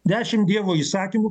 dešimt dievo įsakymų